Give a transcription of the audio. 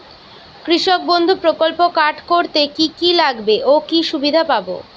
কৃষক বন্ধু প্রকল্প কার্ড করতে কি কি লাগবে ও কি সুবিধা পাব?